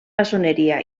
maçoneria